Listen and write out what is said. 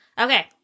Okay